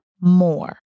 more